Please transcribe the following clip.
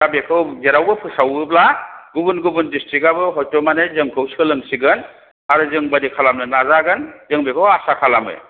दा बेखौ जेरावबो फोसावोब्ला गुबुन गुबुन दिस्ट्रिक्टाबो हयथ' जोंखौ सोलोंसिगोन आरो जों बादि खालामनो नाजागोन जों बेखौ आसा खालामो